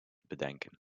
bedenken